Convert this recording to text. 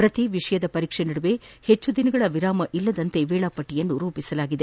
ಪ್ರತಿ ವಿಷಯದ ಪರೀಕ್ಷೆ ನಡುವೆ ಹೆಚ್ಚು ದಿನಗಳ ವಿರಾಮವಿಲ್ಲದಂತೆ ವೇಳಾಪಟ್ಟಯನ್ನು ರೂಪಿಸಲಾಗಿದೆ